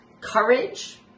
courage